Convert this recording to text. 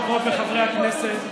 חברות וחברי הכנסת,